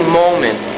moment